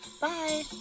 Bye